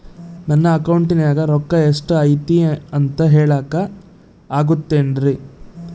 ನನ್ನ ಅಕೌಂಟಿನ್ಯಾಗ ರೊಕ್ಕ ಎಷ್ಟು ಐತಿ ಅಂತ ಹೇಳಕ ಆಗುತ್ತೆನ್ರಿ?